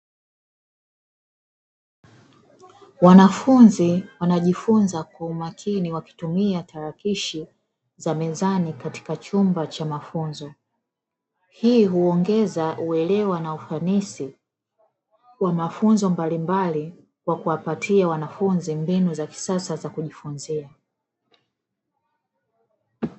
Wanafunzi wanajifunza kwa umakini wakitumia tarakishi za mezani katika chumba cha mafunzo, hii huongeza uelewa na ufanisi wa mafunzo mbalimbali kwa kuwapatia wanafunzi mbinu za kisasa za kujifunzia.